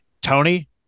Tony